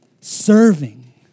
serving